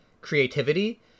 creativity